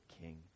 king